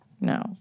No